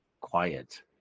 quiet